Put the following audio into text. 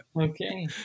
Okay